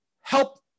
help